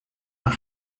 een